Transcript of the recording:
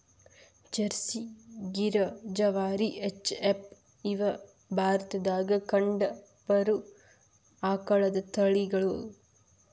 Jersey, Gir, Jawari, H F, ಇವ ಭಾರತದಾಗ ಕಂಡಬರು ಆಕಳದ ತಳಿಗಳು